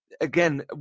again